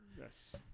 yes